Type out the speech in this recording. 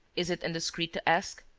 is it indiscreet to ask?